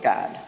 God